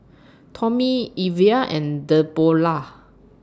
Tommy Evia and Deborrah